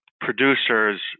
producers